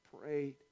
prayed